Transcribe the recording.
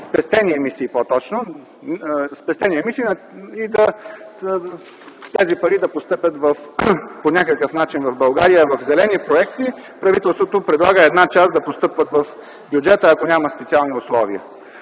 продадем излишните спестени емисии и тези пари да постъпят по някакъв начин в България в зелени проекти. Правителството предлага една част да постъпват в бюджета, ако няма специални условия.